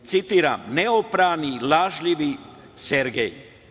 Dakle, citiram: „Neoprani i lažljivi Sergej.